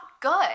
good